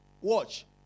watch